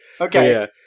Okay